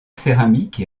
céramiques